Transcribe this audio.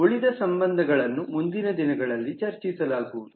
ಉಳಿದ ಸಂಬಂಧಗಳನ್ನು ಮುಂದಿನ ದಿನಗಳಲ್ಲಿ ಚರ್ಚಿಸಲಾಗುವುದು